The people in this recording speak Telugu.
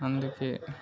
అందుకే